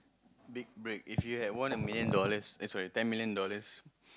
big break if you had won a million dollars eh sorry ten million dollars